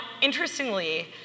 interestingly